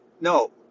No